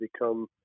become